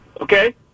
okay